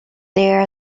there